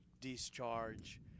Discharge